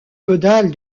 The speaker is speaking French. caudale